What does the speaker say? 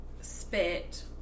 spit